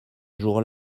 jour